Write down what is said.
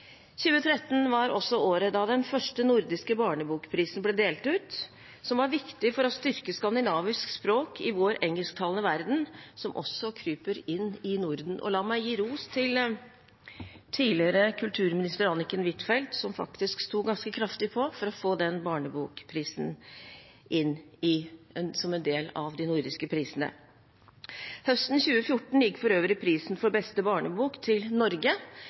2013 var også året da den første nordiske barnebokprisen ble delt ut, noe som var viktig for å styrke skandinavisk språk i vår engelsktalende verden, som også kryper inn i Norden. La meg gi ros til tidligere kulturminister Anniken Huitfeldt, som faktisk sto ganske kraftig på for å få den barnebokprisen inn som en av de nordiske prisene. Høsten 2014 gikk for øvrig prisen for beste barnebok til Norge.